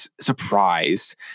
surprised